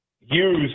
use